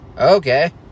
okay